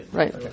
right